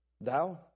Thou